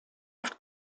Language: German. oft